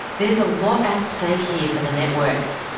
there's a lot at stake here for the networks.